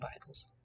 Bibles